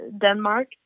Denmark